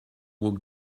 walk